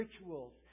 rituals